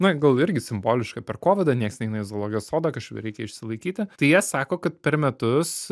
na gal irgi simboliška per kovidą nieks neina į zoologijos sodą kažkaip reikia išsilaikyti tai jie sako kad per metus